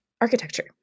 architecture